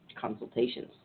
consultations